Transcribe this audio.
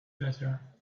better